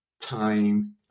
time